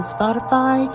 Spotify